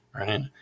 right